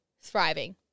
thriving